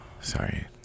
sorry